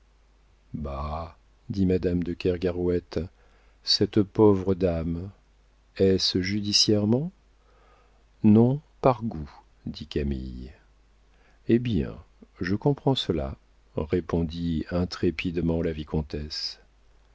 dit madame de kergarouët cette pauvre dame est-ce judiciairement non par goût dit camille hé bien je comprends cela répondit intrépidement la vicomtesse